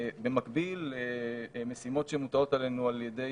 במקביל למשימות שמוטלות עלינו על ידי